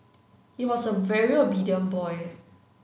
he was a very obedient boy